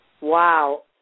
Wow